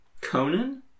Conan